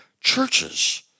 churches